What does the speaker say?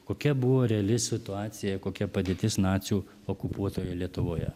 kokia buvo reali situacija kokia padėtis nacių okupuotoje lietuvoje